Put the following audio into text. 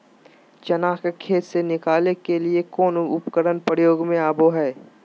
चना के खेत से निकाले के लिए कौन उपकरण के प्रयोग में आबो है?